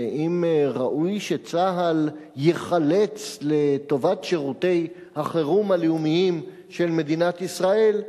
ואם ראוי שצה"ל ייחלץ לטובת שירותי החירום הלאומיים של מדינת ישראל,